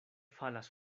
falas